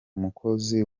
mukozi